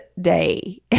day